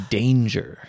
danger